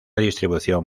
distribución